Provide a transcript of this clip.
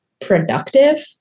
productive